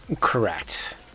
correct